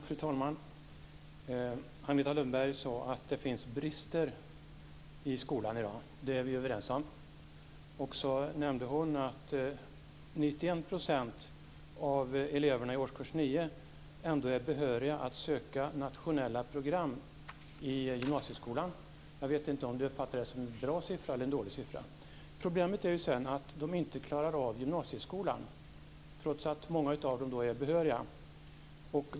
Fru talman! Agneta Lundberg sade att det finns brister i skolan i dag. Detta är vi överens om. Hon nämnde också att 91 % av eleverna i årskurs 9 är behöriga att söka till nationella program i gymnasieskolan. Jag vet inte om det uppfattades som en bra eller som en dålig siffra. Problemet är att eleverna sedan inte klarar av gymnasieskolan trots att många av dem då är behöriga.